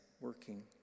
working